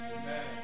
Amen